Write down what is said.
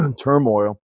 turmoil